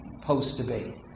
post-debate